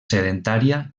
sedentària